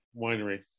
winery